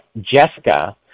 Jessica